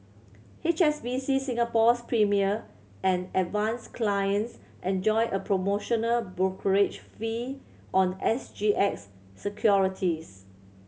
H S B C Singapore's Premier and Advance clients and enjoy a promotional brokerage fee on S G X securities